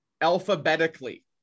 alphabetically